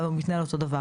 אבל הוא מתנהל אותו דבר,